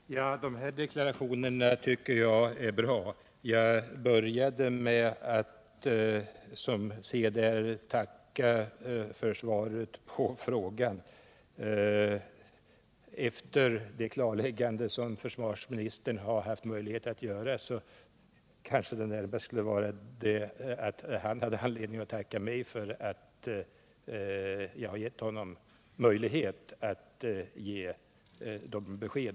Herr talman! Dessa deklarationer är bra. Jag började med att som seden är tacka för svaret på min fråga. Efter det klarläggande som försvarsministern har haft tillfälle att göra kanske han har anledning att tacka för att jag givit honom möjlighet att lämna detta besked.